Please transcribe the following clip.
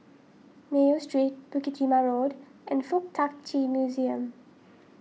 Mayo Street Bukit Timah Road and Fuk Tak Chi Museum